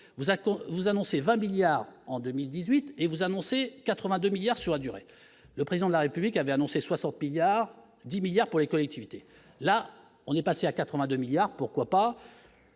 vous annoncez 20 milliards en 2018 et vous annoncez 80 2 milliards sur la durée, le président de la République avait annoncé 60 milliards 10 milliards pour les collectivités, là, on est passé à 82 milliards pourquoi pas.